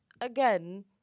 again